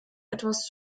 etwas